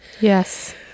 Yes